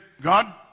God